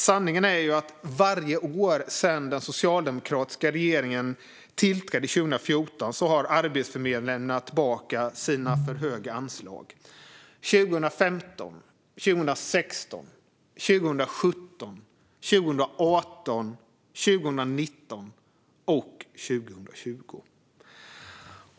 Sanningen är att Arbetsförmedlingen varje år sedan den socialdemokratiska regeringen tillträdde 2014 har lämnat tillbaka sina för höga anslag - 2015, 2016, 2017, 2018, 2019 och 2020.